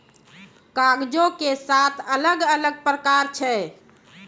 कागजो के सात अलग अलग प्रकार छै